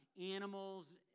Animals